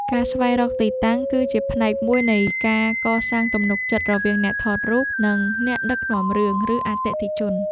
ការស្វែងរកទីតាំងគឺជាផ្នែកមួយនៃការកសាងទំនុកចិត្តរវាងអ្នកថតរូប និងអ្នកដឹកនាំរឿង ឬអតិថិជន។